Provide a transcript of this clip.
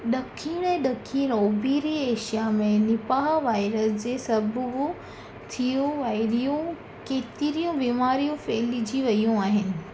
ॾखिण ऐं ॾखिण ओभरि एशिया में निपाह वायरस जे सबबु थियो वारियूं केतिरियूं बीमारियूं फैलिजी वयूं आहिनि